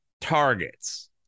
targets